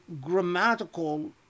grammatical